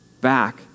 back